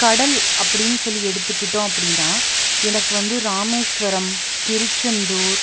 கடல் அப்படின்னு சொல்லி எடுத்துக்கிட்டோம் அப்படின்னா எனக்கு வந்து ராமேஸ்வரம் திருச்செந்தூர்